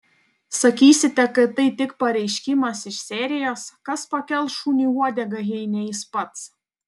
sakysite kad tai tik pareiškimas iš serijos kas pakels šuniui uodegą jei ne jis pats